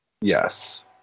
Yes